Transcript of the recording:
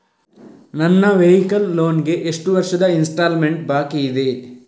ನನ್ನ vehicle loan ಗೆ ಎಷ್ಟು ವರ್ಷದ ಇನ್ಸ್ಟಾಲ್ಮೆಂಟ್ ಬಾಕಿ ಇದೆ?